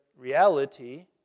reality